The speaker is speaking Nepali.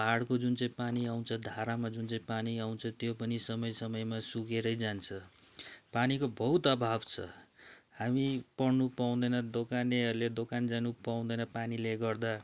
पाहाडको जुन चाहिँ पानी आउँछ धारामा जुन चाहिँ पानी आउँछ त्यो पनि समय समयमा सुकेरै जान्छ पानीको बहुत अभाव छ हामी पढ्नु पाउँदैन दोकानेहरूले दोकान जानु पाउँदैन पानीले गर्दा